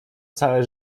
całe